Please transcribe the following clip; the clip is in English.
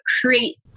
create